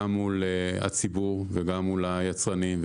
גם מול הציבור וגם מול היבואנים,